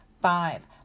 Five